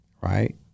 Right